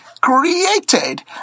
created